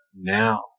now